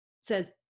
says